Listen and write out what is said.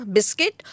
Biscuit